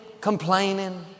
complaining